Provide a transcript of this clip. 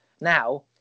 now